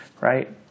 right